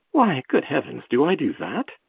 why, good heavens, do i do that?